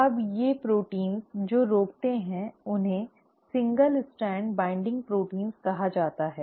अब ये प्रोटीन जो रोकते हैं उन्हें एकल स्ट्रैंड बाइंडिंग प्रोटींस कहा जाता है